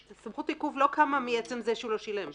סמכות עיכוב לא קמה מעצם זה שהוא לא שילם.